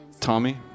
Tommy